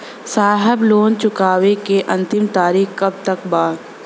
साहब लोन चुकावे क अंतिम तारीख कब तक बा?